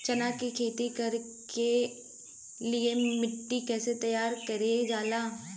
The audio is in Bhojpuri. चना की खेती कर के लिए मिट्टी कैसे तैयार करें जाला?